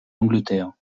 angleterre